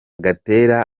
gatera